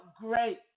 great